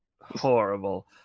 horrible